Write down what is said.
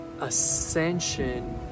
ascension